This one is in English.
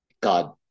god